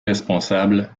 responsable